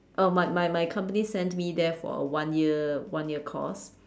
uh my my my company sent me there for a one year one year course